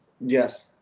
Yes